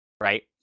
right